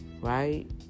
right